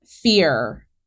fear